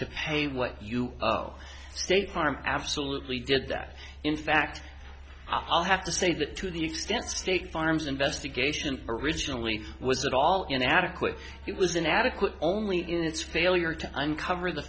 to pay what you owe state farm absolutely did that in fact i'll have to say that to the extent state farm's investigation originally was it all inadequate it was inadequate only in its failure to uncover the